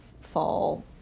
fall